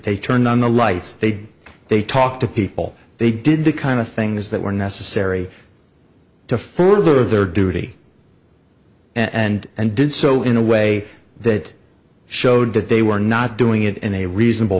they turned on the lights they did they talked to people they did the kind of things that were necessary to further their duty and and did so in a way that showed that they were not doing it in a reasonable